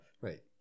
Right